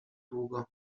długo